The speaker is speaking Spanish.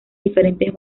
diferentes